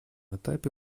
этапе